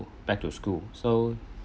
back to school so